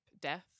death